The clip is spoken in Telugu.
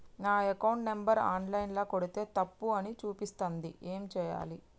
నా అకౌంట్ నంబర్ ఆన్ లైన్ ల కొడ్తే తప్పు అని చూపిస్తాంది ఏం చేయాలి?